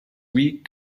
week